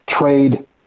trade